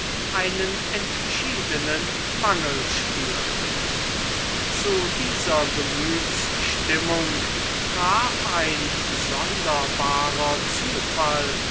einen entschiedenen mangel spürte zu dieser gemütsstimmung traf ein sonderbarer zufall